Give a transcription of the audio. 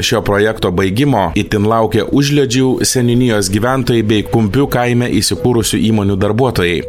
šio projekto baigimo itin laukia užliedžių seniūnijos gyventojai bei kumpių kaime įsikūrusių įmonių darbuotojai